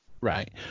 Right